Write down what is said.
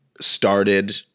started